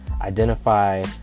identify